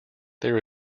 there